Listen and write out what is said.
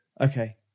Okay